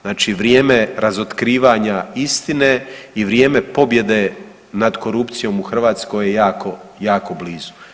Znači vrijeme razotkrivanja istine i vrijem pobjede nad korupcijom u Hrvatskoj je jako, jako blizu.